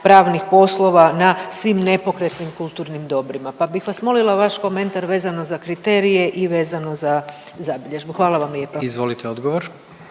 pravnih poslova na svim nepokretnim kulturnim dobrima, pa bih vas molila vaš komentar vezano za kriterije i vezano za zabilježbu. Hvala vam lijepa. **Jandroković,